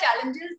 challenges